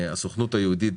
הסוכנות היהודית